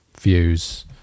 views